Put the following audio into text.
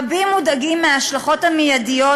רבים מודאגים מההשלכות המיידיות,